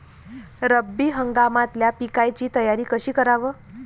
रब्बी हंगामातल्या पिकाइची तयारी कशी कराव?